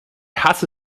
hasse